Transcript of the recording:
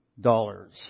dollars